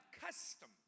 custom